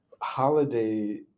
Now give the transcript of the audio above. holiday